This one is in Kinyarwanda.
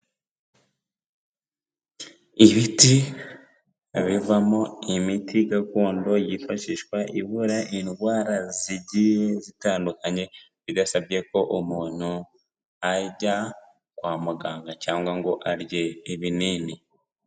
Ibiti bivamo imiti gakondo yifashishwa ivura indwara zigiye zitandukanye bidasabye ko umuntu ajya kwa muganga cyangwa ngo arye ibinini.